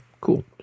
cool